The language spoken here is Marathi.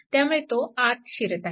त्यामुळे तो आतशिरत आहे